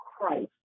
Christ